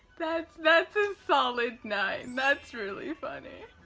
that's that's and solid nine, that's really funny.